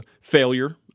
Failure